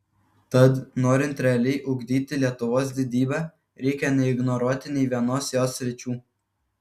tad norint realiai ugdyti lietuvos didybę reikia neignoruoti nei vienos jos sričių